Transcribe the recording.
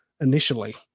initially